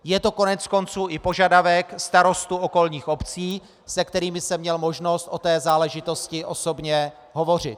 Je to koneckonců i požadavek starostů okolních obcí, se kterými jsem měl možnost o té záležitosti osobně hovořit.